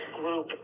group